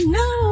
no